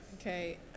okay